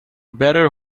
better